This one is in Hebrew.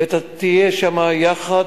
ותהיה שם יחד,